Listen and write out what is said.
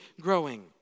growing